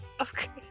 Okay